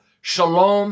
shalom